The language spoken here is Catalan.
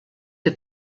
que